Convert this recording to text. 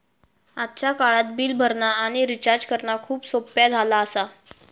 आजच्या काळात बिल भरणा आणि रिचार्ज करणा खूप सोप्प्या झाला आसा